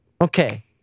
Okay